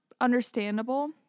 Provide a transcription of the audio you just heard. understandable